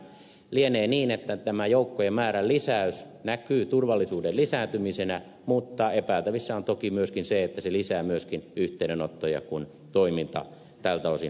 lienee niin että tämä joukkojen määrän lisäys näkyy turvallisuuden lisääntymisenä mutta epäiltävissä on toki myöskin se että se lisää myöskin yhteydenottoja kun toiminta tältä osin aktivoituu